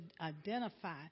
identify